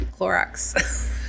clorox